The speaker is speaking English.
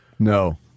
No